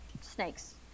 snakes